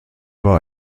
war